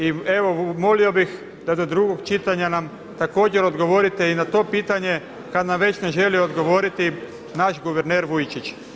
I evo molio bih da do drugog čitanja nam također odgovorite i na to pitanje kada nam već ne želi odgovoriti naš guverner Vujčić.